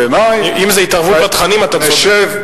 בעיני, אם זה התערבות בתכנים, אתה צודק.